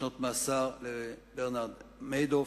שנות מאסר, לברנרד מיידוף,